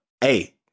hey